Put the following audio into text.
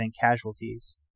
casualties